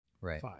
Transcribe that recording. Right